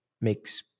makes